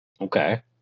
Okay